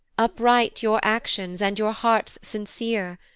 upright your actions, and your hearts sincere,